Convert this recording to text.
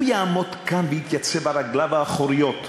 הוא יעמוד כאן ויתייצב על רגליו האחוריות,